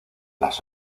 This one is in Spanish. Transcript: las